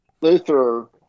Luther